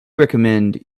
recommend